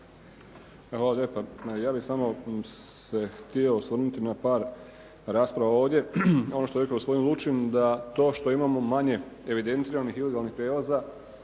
Hvala lijepa. Ja bih samo se htio osvrnuti na par rasprava ovdje. Ono što je rekao gospodin Lučin da to što imamo manje evidentiranih ilegalnih prijelaza